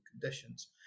conditions